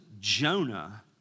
Jonah